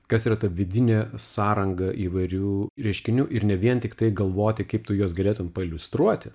kas yra ta vidinė sąranga įvairių reiškinių ir ne vien tiktai galvoti kaip tu juos galėtum pailiustruoti